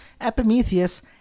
Epimetheus